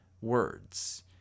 words